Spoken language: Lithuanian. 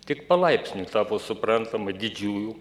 tik palaipsniui tapo suprantama didžiųjų